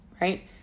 right